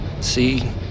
See